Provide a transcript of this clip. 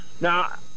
now